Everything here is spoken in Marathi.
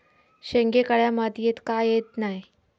शेंगे काळ्या मातीयेत का येत नाय?